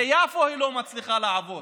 ביפו היא לא מצליחה לעבוד.